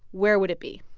where would it be?